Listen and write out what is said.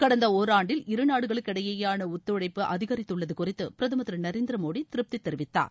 கடந்த ஒராண்டில் இருநாடுகளுக்கிடையேயான ஒத்துழைப்பு அதிகரித்துள்ளது குறித்து பிரதமர் திரு நரேந்திரடி மோடி திருப்தி தெரிவித்தார்